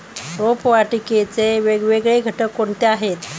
रोपवाटिकेचे वेगवेगळे घटक कोणते आहेत?